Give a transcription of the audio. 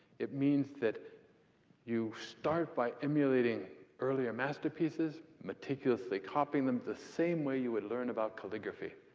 it means that you start by emulating earlier masterpieces, meticulously copying them the same way you would learn about calligraphy.